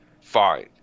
Fine